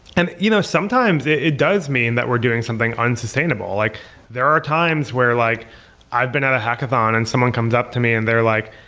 and you know sometimes it it does mean that we're doing something unsustainable. like there are times where like i've been at a hackathon and someone comes up to me and they're like,